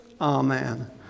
Amen